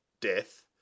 death